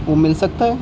وہ مل سکتا ہے